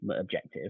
objective